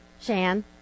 Shan